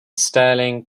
stirling